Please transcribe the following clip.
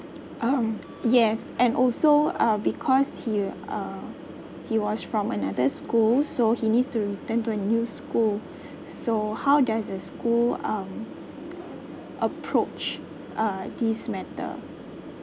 um yes and also uh because he uh he was from another school so he needs to return to a new school so how does the school um approach uh this matter